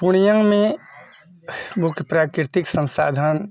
पूर्णियामे मुख्य प्राकृतिक सन्साधन